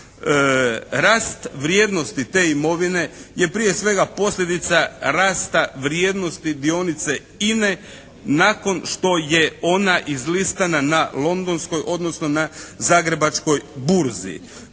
Rast vrijednosti te imovine je prije svega posljedica rasta vrijednosti dionice INA-e nakon što je ona izlistana na Londonskoj, odnosno na Zagrebačkoj burzi.